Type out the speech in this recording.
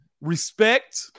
respect